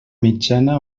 mitjana